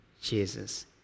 Jesus